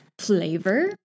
flavor